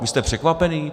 Vy jste překvapený?